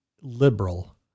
liberal